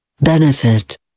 Benefit